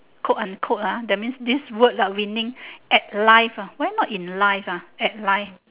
quote unquote ah that means this word uh winning at life ah why not in life ah at life